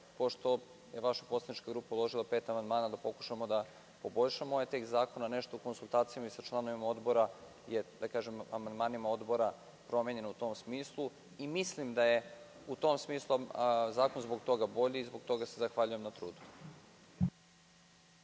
pošto je vaša poslanička grupa uložila pet amandmana, da pokušamo da poboljšamo ovaj tekst zakona nešto konsultacijama i sa članovima Odbora, amandmanima Odbora promenjeno je u tom smislu. Mislim da je, u tom smislu, zakon zbog toga bolji i zbog toga se zahvaljujem na trudu.